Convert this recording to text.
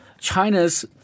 China's